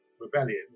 rebellion